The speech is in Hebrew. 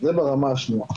זה ברמה השנייה.